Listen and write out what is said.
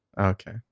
Okay